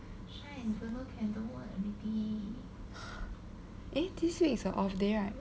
eh this week is her off day right